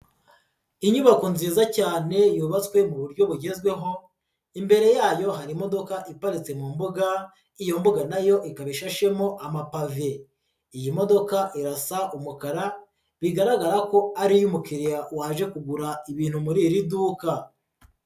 Inyubako nziza cyane yubatswe mu buryo bugezweho, imbere yayo hari imodoka iparitse mu mbuga, iyo mbuga nayo ikabishashemo amapave, iyi modoka irasa umukara bigaragara ko ari iy'umukiriya waje kugura ibintu muri iri duka.